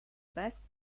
best